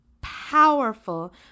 powerful